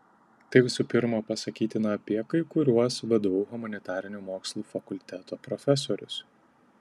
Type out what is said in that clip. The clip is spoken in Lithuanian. tai visų pirma pasakytina apie kai kuriuos vdu humanitarinių mokslų fakulteto profesorius